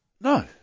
No